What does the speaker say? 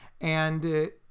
and-